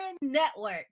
Network